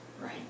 right